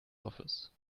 office